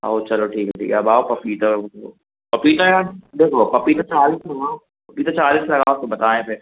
हओ चलो ठीक है ठीक है अब आओ पपीता वह तो पपीता यार देखो पपीता चालीस लगाओ पपीता चालीस लगाओ तो बताएँ फिर